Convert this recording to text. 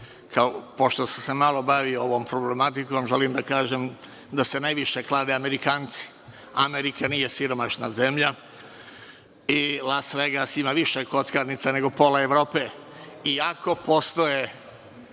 pošto sam se malo bavio ovom problematikom, želim da kažem da se najviše klade Amerikanci. Amerika nije siromašna zemlja i Las Vegas ima više kockarnica nego pola Evrope, iako postoje